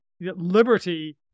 liberty